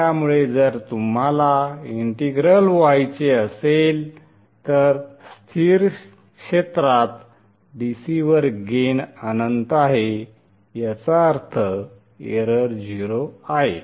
त्यामुळे जर तुम्हाला इंटिग्रल व्हायचे असेल तर स्थिर क्षेत्रात DC वर गेन अनंत आहे याचा अर्थ एरर 0 आहे